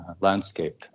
landscape